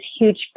huge